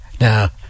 Now